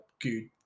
good